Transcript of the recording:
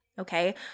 Okay